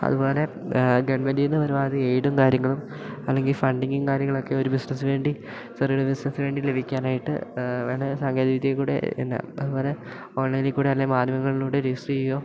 അതു പോലെ ഗവൺമെൻ്റിൽ നിന്ന് പരമാവധി എയ്ഡും കാര്യങ്ങളും അല്ലെങ്കിൽ ഫണ്ടിങ്ങും കാര്യങ്ങളൊക്കെ ഒരു ബിസിനസ്സിനു വേണ്ടി ചെറിയൊരു ബിസിനസ്സിനു വേണ്ടി ലഭിക്കാനായിട്ട് വേണ്ട സങ്കേതിക വിദ്യയിൽ കൂടി ഇന്ന് അതു പോലെ ഓൺലൈനിൽ കൂടി അല്ലേ മാധ്യമങ്ങളിലൂടെ രജിസ്റ്ററേയോ